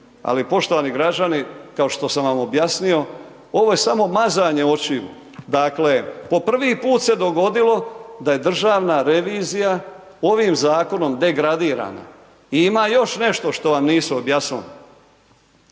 Ali poštovani građani, kao što sam vam objasnio, ovo je samo mazanje očiju. Dakle, po prvi put se je dogodilo da je Državna revizija, ovim zakonom degradirana i ima još nešto što vam nisu objasnili.